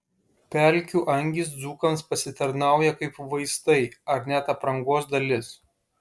pelkių angys dzūkams pasitarnauja kaip vaistai ar net aprangos dalis